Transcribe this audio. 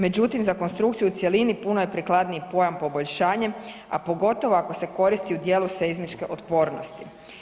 Međutim, za konstrukciju u cjelini puno je prikladniji pojam poboljšanje, a pogotovo ako se koristi u dijelu seizmičke otpornosti.